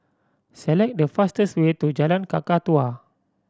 select the fastest way to Jalan Kakatua